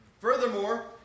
Furthermore